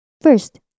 first